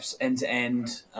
end-to-end